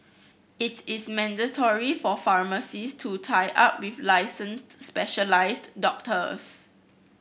it is mandatory for pharmacies to tie up with licensed specialised doctors